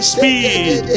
speed